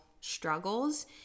struggles